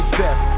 death